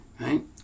right